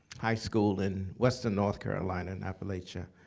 high school in western, north carolina, in appalachia.